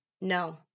no